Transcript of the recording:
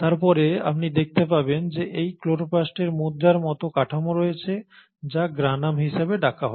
তারপরে আপনি দেখতে পাবেন যে এই ক্লোরোপ্লাস্টের মুদ্রার মতো কাঠামো রয়েছে যা গ্রানাম হিসাবে ডাকা হয়